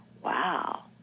wow